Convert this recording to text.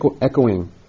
echoing